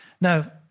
Now